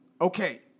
Okay